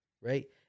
Right